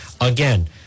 Again